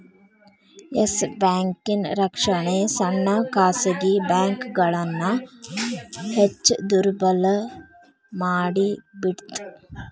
S ಬ್ಯಾಂಕಿನ್ ರಕ್ಷಣೆ ಸಣ್ಣ ಖಾಸಗಿ ಬ್ಯಾಂಕ್ಗಳನ್ನ ಹೆಚ್ ದುರ್ಬಲಮಾಡಿಬಿಡ್ತ್